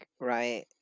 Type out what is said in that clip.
right